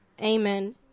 Amen